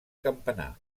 campanar